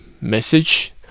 message